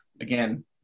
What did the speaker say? again